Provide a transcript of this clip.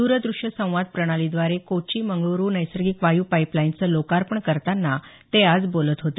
द्रद्रष्य संवाद प्रणालीद्वारे कोची मंगळरू नैसर्गिक वायू पाईपलाईनचं लोकार्पण करतांना ते आज बोलत होते